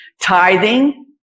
tithing